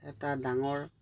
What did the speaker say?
এটা ডাঙৰ